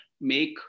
make